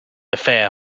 affair